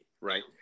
right